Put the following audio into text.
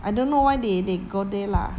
I don't know why they they go there lah